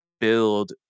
build